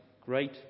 great